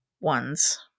ones